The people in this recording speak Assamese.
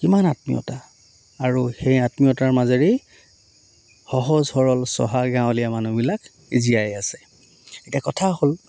কিমান আত্মীয়তা আৰু সেই আত্মীয়তাৰ মাজেৰেই সহজ সৰল চহা গাঁৱলীয়া মানুহবিলাক জীয়াই আছে এতিয়া কথা হ'ল